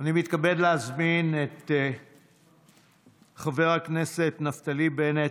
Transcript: אני מתכבד להזמין את חבר הכנסת נפתלי בנט,